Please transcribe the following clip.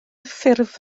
ffurf